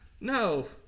No